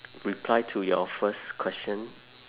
reply to your first question